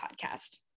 Podcast